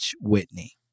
Whitney